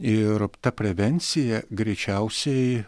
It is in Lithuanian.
ir ta prevencija greičiausiai